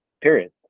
period